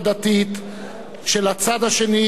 של הצד השני ועל אמונותיו.